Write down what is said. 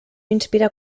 inspira